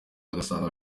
asanga